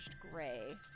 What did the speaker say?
gray